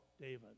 David